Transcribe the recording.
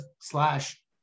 slash